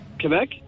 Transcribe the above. Quebec